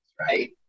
right